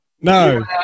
no